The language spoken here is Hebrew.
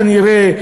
כנראה,